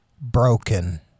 broken